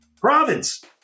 province